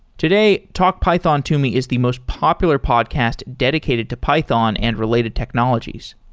today, talk python to me is the most popular podcast dedicated to python and related technologies.